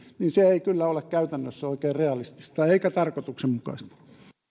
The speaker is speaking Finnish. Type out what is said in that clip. niin se ei kyllä ole käytännössä oikein realistista eikä tarkoituksenmukaista